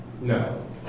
No